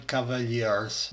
Cavaliers